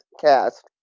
cast